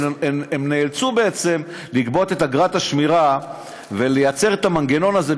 הם נאלצו בעצם לגבות את אגרת השמירה ולייצר את המנגנון הזה,